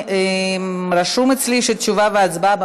התשע"ה 2015,